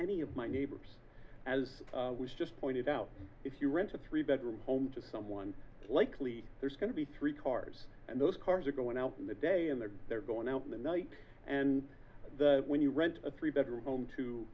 any of my neighbors as was just pointed out if you rent a three bedroom home to someone likely there's going to be three cars and those cars are going out in the day in the they're going out in the night and when you rent a three bedroom home to